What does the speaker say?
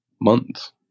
months